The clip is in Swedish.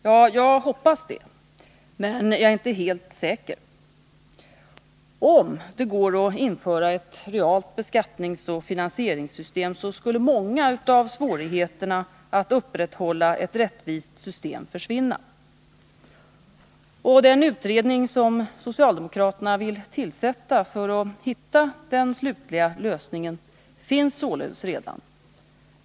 Ja, jag hoppas det men jag är inte helt säker. Om det går att införa ett realt beskattningsoch finansieringssystem skulle många av svårigheterna att upprätthålla ett rättvist system försvinna. Den utredning som socialdemokraterna vill tillsätta för att hitta den slutliga lösningen finns redan.